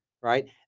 right